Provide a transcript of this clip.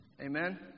Amen